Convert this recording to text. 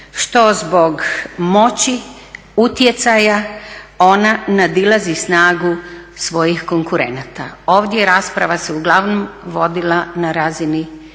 što zbog moći, utjecaja ona nadilazi snagu svojih konkurenata. Ovdje se rasprava uglavnom vodila na razini